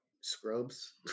scrubs